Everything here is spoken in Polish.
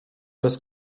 bez